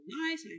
nice